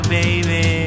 baby